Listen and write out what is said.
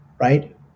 right